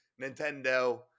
nintendo